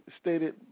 stated